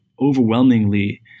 overwhelmingly